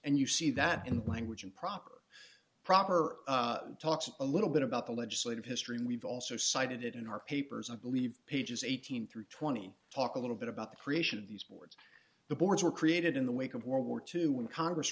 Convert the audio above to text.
and you see that in language in proper proper talks a little bit about the legislative history and we've also cited it in our papers i believe pages eighteen through twenty talk a little bit about the creation of these boards the boards were created in the wake of world war two when congress